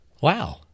wow